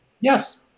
yes